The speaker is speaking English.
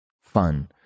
fun